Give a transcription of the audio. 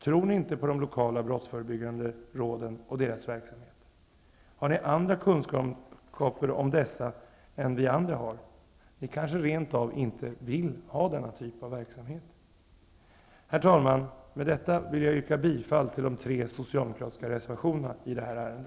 Tror ni inte på de lokala brottsförebyggande råden och deras verksamhet? Har ni andra kunskaper om dessa än vad vi har? Ni kanske rent av inte vill ha denna typ av verksamhet? Herr talman! Med detta vill jag yrka bifall till de tre socialdemokratiska reservationerna i detta ärende.